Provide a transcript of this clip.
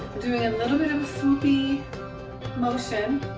doing a little bit of swoopy motion.